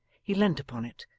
he leant upon it,